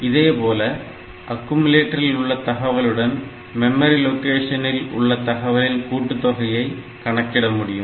இதேபோல அக்யுமுலேட்டரில் உள்ள தகவலுடன் மெமரி லொக்கேஷனில் உள்ள தகவலின் கூட்டுத் தொகையை கணக்கிட முடியும்